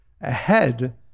ahead